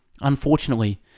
Unfortunately